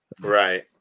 Right